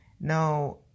now